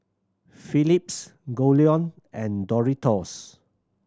Philips Goldlion and Doritos